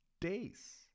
days